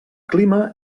clima